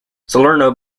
salerno